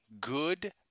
good